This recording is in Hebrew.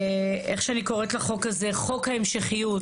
איך שאני קוראת לחוק הזה: חוק ההמשכיות.